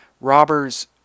robbers